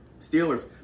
Steelers